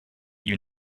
you